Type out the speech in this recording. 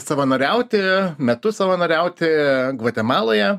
savanoriauti metu savanoriauti gvatemaloje